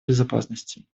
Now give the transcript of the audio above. безопасности